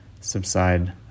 subside